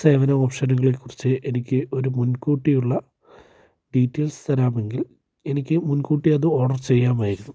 സേവന ഓപ്ഷനുകളെ കുറിച്ചു എനിക്ക് ഒരു മുൻകൂട്ടിയുള്ള ഡീറ്റെയിൽസ് തരാമെങ്കിൽ എനിക്ക് മുൻകൂട്ടി അത് ഓർഡർ ചെയ്യാമായിരുന്നു